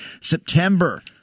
September